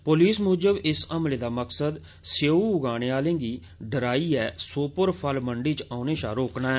police मूजब इस हमले दा मकसद सेऊ उगाने आलें गी डराइयै सोपोर फल मंडी च औने शा रोकना ऐ